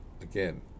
Again